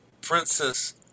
Princess